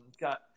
got –